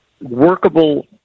workable